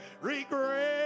regret